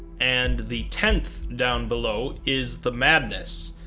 and the tenth down below is the madness,